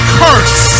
curse